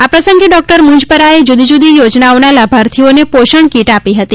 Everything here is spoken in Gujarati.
આ પ્રસંગે ડોક્ટર મુંજપરાએ જુદી જુદી યોજનાઓના લાભાર્થીઓને પોષણ કીટ આપી હતી